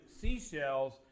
seashells